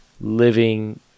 living